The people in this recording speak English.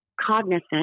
cognizant